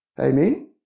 Amen